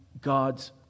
God's